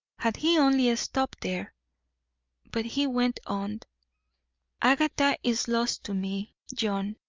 had he only stopped there but he went on agatha is lost to me, john.